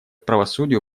правосудию